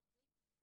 התוכנית הופסקה,